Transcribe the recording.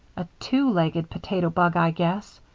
a two-legged potato bug, i guess,